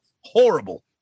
Horrible